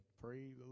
Praise